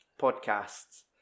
podcasts